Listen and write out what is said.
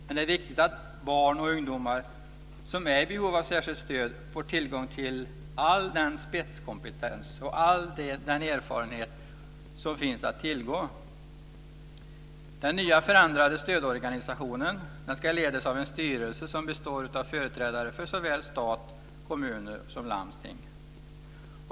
Men det är viktigt att barn och ungdomar som är i behov av särskilt stöd får tillgång till all den spetskompetens och all den erfarenhet som finns att tillgå. Den nya förändrade stödorganisationen ska ledas av en styrelse som består av företrädare för såväl staten som kommuner och landsting.